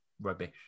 rubbish